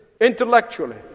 intellectually